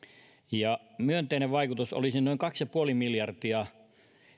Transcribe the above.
ja myönteinen vaikutus olisi noin kaksi ja puoli miljardia